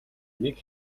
нэг